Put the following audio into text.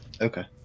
Okay